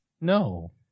No